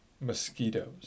mosquitoes